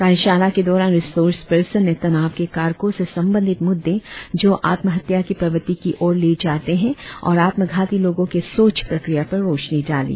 कार्यशाला के दौरान रिसर्स पर्सन ने तनाव के कारकों से संबंधित मुद्दे जो आत्महत्या की प्रवृत्ति की और ले जाते है और आत्मघाटी लोगों के सोच प्रक्रिया पर रोशनी डाली